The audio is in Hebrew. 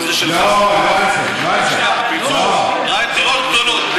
רק דירות גדולות.